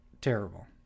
terrible